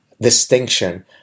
distinction